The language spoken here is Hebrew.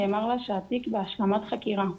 נאמר לה שהתיק בהשלמת חקירה.